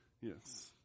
Yes